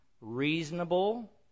reasonable